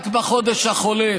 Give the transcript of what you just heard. רק בחודש החולף,